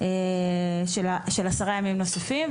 של עשרה ימים נוספים,